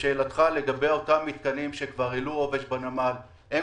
ולשאלתך לגבי אותם מתקנים שהעלו עובש בנמל: הם